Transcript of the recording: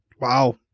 Wow